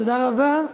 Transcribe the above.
תודה רבה.